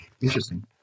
interesting